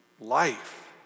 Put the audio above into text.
life